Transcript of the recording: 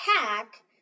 attack